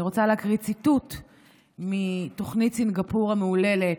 אני רוצה להקריא ציטוט מתוכנית סינגפור המהוללת,